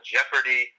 Jeopardy